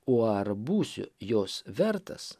o ar būsiu jos vertas